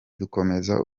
dukomeza